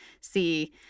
see